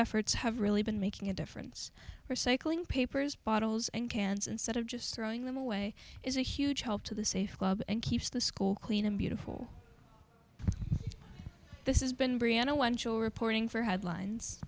efforts have really been making a difference for cycling papers bottles and cans instead of just throwing them away is a huge help to the safe club and keeps the school clean and beautiful this is been brianna one sure pouring for headlines